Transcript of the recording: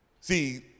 See